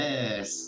Yes